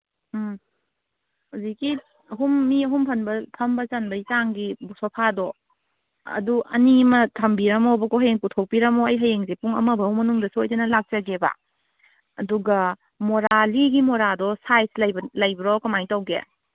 ꯎꯝ ꯍꯧꯖꯤꯛꯀꯤ ꯑꯍꯨꯝ ꯃꯤ ꯑꯍꯨꯝ ꯐꯝꯕ ꯆꯟꯕꯒꯤ ꯆꯥꯡꯒꯤ ꯁꯣꯐꯥꯗꯣ ꯑꯗꯨ ꯑꯅꯤ ꯑꯃ ꯊꯝꯕꯤꯔꯝꯃꯣꯕꯀꯣ ꯍꯌꯦꯡ ꯄꯨꯊꯣꯛꯄꯤꯔꯝꯃꯣ ꯑꯩ ꯍꯌꯦꯡꯁꯦ ꯄꯨꯡ ꯑꯃꯕꯧ ꯃꯅꯨꯡꯗ ꯁꯣꯏꯗꯅ ꯂꯥꯛꯆꯒꯦꯕ ꯑꯗꯨꯒ ꯃꯣꯔꯥ ꯂꯤꯒꯤ ꯃꯣꯔꯥꯗꯣ ꯁꯥꯏꯖ ꯂꯩꯕ꯭ꯔꯣ ꯀꯃꯥꯏꯅ ꯇꯧꯒꯦ